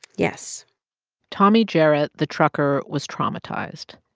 yes tommy jarrett, the trucker, was traumatized.